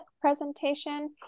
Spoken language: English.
presentation